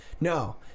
no